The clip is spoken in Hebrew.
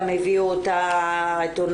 גם הביאו עיתונאים,